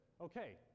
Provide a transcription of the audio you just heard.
okay